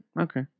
Okay